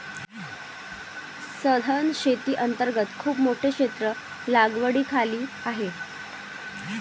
सधन शेती अंतर्गत खूप मोठे क्षेत्र लागवडीखाली आहे